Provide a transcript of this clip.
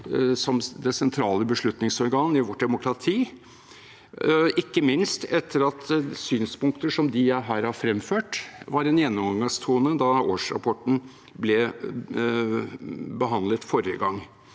som det sentrale beslutningsorgan i vårt demokrati, ikke minst etter at synspunkter som dem jeg her har fremført, var en gjennomgangstone da årsrapporten ble behandlet forrige gang